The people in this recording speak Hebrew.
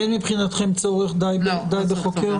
אין מבחינתכם צורך, ודי בחוקר?